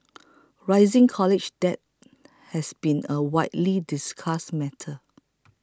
rising college debt has been a widely discussed matter